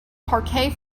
parquet